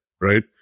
right